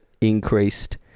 increased